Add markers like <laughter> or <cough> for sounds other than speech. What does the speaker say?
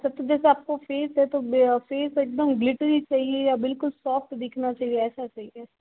<unintelligible> जैसा आपका फेस है तो फेस एकदम ग्लिटरी चाहिए या बिलकुल सॉफ्ट दिखना चाहिए ऐसा चाहिए